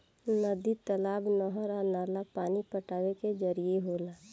नदी, तालाब, नहर आ नाला पानी पटावे के जरिया होला